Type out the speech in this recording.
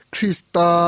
Krista